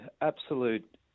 absolute